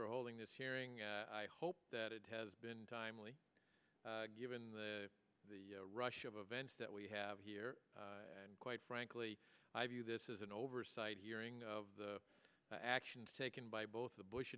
for holding this hearing i hope that it has been timely given the rush of events that we have here and quite frankly i view this is an oversight hearing of the actions taken by both the bush